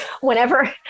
whenever